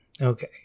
Okay